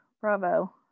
bravo